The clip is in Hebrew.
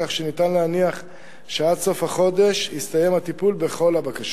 כך שניתן להניח שעד סוף החודש יסתיים הטיפול בכל הבקשות.